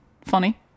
funny